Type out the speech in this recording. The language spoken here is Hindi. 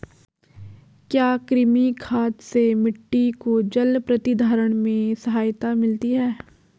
क्या कृमि खाद से मिट्टी को जल प्रतिधारण में सहायता मिलती है?